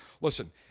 listen